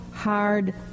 hard